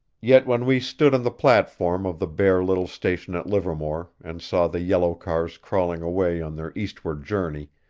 yet when we stood on the platform of the bare little station at livermore and saw the yellow cars crawling away on their eastward journey,